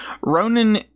Ronan